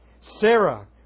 Sarah